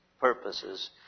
purposes